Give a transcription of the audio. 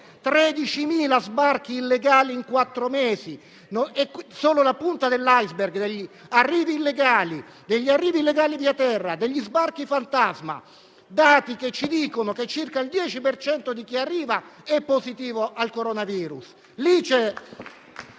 13.000 sbarchi illegali in quattro mesi. È solo la punta dell'*iceberg* degli arrivi illegali via terra e degli sbarchi fantasma: tali dati ci dicono che circa il 10 per cento di chi arriva è positivo al Coronavirus.